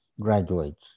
graduates